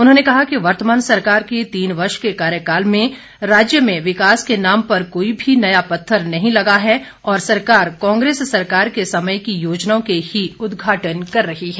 उन्होंने कहा कि वर्तमान सरकार के तीन वर्ष के कार्यकाल में राज्य में विकास के नाम पर कोई भी नया पत्थर नहीं लगा है और सरकार कांग्रेस सरकार के समय की योजनाओं के ही उदघाटन कर रही है